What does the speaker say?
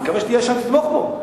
אני מקווה שתהיה שם לתמוך בו.